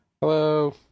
Hello